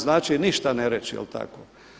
Znači, ništa ne reći, je li tako?